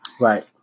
Right